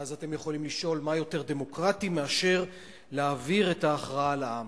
ואז אתם יכולים לשאול מה יותר דמוקרטי מאשר להעביר את ההכרעה לעם.